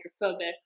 hydrophobic